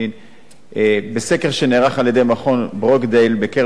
בסקר שנעשה על-ידי מכון ברוקדייל בקרב קשישים נמצא כי